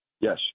Yes